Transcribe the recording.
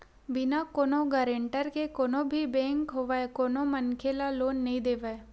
बिना कोनो गारेंटर के कोनो भी बेंक होवय कोनो मनखे ल लोन नइ देवय